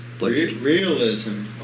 realism